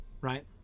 right